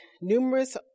numerous